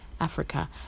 Africa